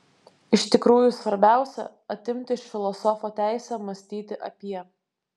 iš tikrųjų svarbiausia atimti iš filosofo teisę mąstyti apie